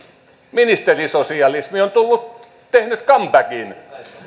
ministerisosialismi on tehnyt comebackin